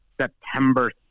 September